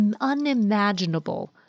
unimaginable